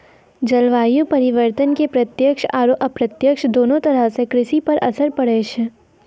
जलवायु परिवर्तन के प्रत्यक्ष आरो अप्रत्यक्ष दोनों तरह सॅ कृषि पर असर पड़ै छै